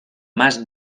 más